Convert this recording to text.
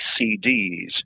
CDs